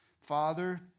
Father